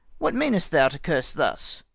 what meanest thou to curse thus?